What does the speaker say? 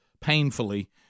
painfully